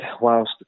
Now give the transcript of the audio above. whilst